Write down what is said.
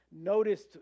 noticed